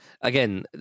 Again